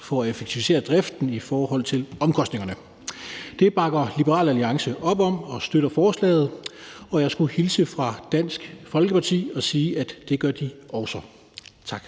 for at effektivisere driften i forhold til omkostningerne. Det bakker Liberal Alliance op om, og vi støtter forslaget. Og jeg skulle hilse fra Dansk Folkeparti og sige, at det gør de også. Tak.